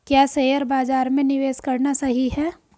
क्या शेयर बाज़ार में निवेश करना सही है?